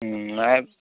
নাই